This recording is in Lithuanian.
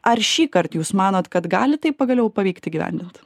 ar šįkart jūs manot kad gali tai pagaliau pavykti įgyvendint